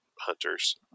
hunters